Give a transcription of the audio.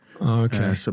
okay